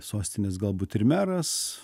sostinės galbūt ir meras